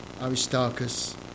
Aristarchus